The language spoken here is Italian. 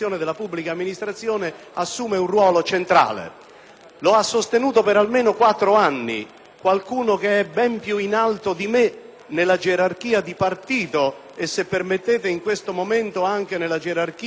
Lo ha sostenuto, per almeno quattro anni, qualcuno che è ben più in alto di me nella gerarchia di partito e, se permettete, in questo momento anche nella gerarchia istituzionale parlamentare.